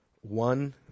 one